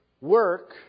work